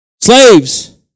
Slaves